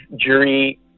jury